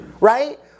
Right